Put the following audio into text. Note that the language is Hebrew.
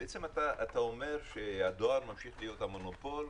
אתה אומר שהדואר ממשיך להיות המונופול,